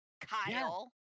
Kyle